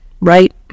right